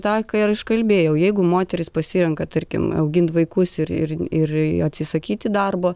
tą ką ir aš kalbėjau jeigu moteris pasirenka tarkim auginti vaikus ir ir atsisakyti darbo